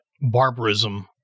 barbarism